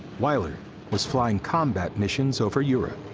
wyler was flying combat missions over europe.